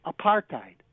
apartheid